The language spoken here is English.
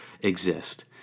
exist